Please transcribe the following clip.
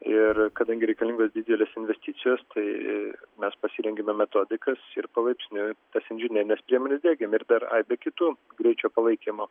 ir kadangi reikalingos didelės investicijos tai mes pasirengėme metodikas ir palaipsniui tas inžinerines priemones diegiam ir dar aibė kitų greičio palaikymo